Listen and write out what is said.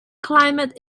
climate